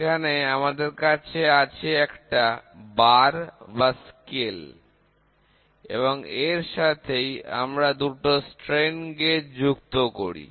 এখানে আমাদের কাছে আছে একটা bar বা স্কেল এবং এর সাথেই আমরা দুটো স্ট্রেন গেজ যুক্ত করি